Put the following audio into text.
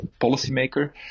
policymaker